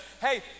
hey